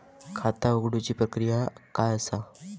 खाता उघडुची प्रक्रिया काय असा?